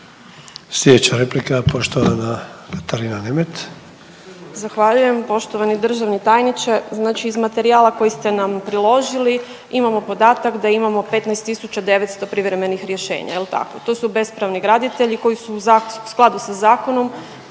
Sljedeća replika poštovana Katarina Nemet. **Nemet, Katarina (IDS)** Zahvaljujem. Poštovani državni tajniče. Znači iz materijala koji ste nam priložili imamo podatak da imamo 15.900 privremenih rješenja jel tako, to su bespravni graditelji koji su u skladu sa zakonom